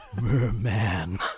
Merman